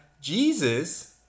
Jesus